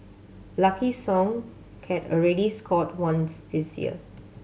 Lucky Song had already scored once this year